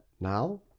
now